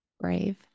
brave